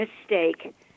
mistake